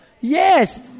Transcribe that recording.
Yes